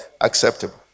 acceptable